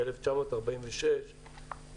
ב-1946,